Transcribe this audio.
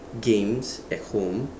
games at home